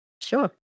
Sure